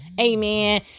Amen